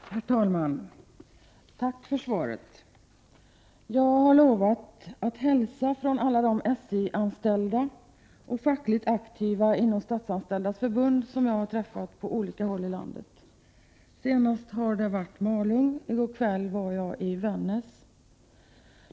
Herr talman! Tack för svaret. Jag har lovat att hälsa från alla SJ-anställda och fackligt aktiva inom Statsanställdas förbund som jag har träffat på olika håll i landet, bl.a. i Malung och i Vännäs där jag var i går kväll.